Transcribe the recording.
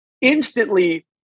instantly